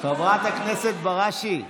חברת הכנסת בראשי.